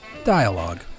Dialogue